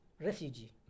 refugee